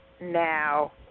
now